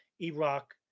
Iraq